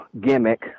gimmick